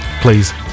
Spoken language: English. please